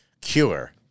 cure